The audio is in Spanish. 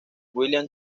william